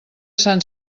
sant